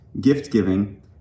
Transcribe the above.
gift-giving